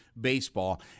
baseball